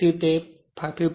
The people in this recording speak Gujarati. તેથી તે 52